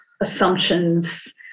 assumptions